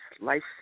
life